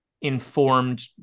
informed